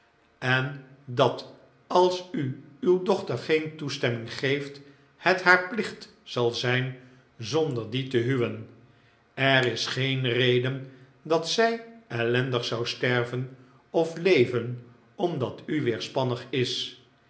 en dat als u uw dochter geen toestemming geeft het haar plicht zal zijn zonder die te huwen er is geen reden dat zij ellendig zou sterven of leven omdat u weerspannig is